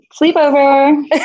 sleepover